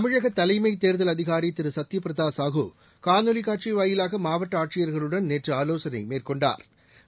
தமிழக தலைமை தேர்தல் அதிகாரி திரு சத்யபிரதா சாகு காணொளி காட்சி வாயிலாக மாவட்ட ஆட்சியா்களுடன் நேற்று ஆலோசனை மேற்கொண்டாா்